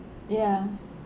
ya